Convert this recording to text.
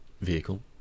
vehicle